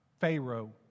Pharaoh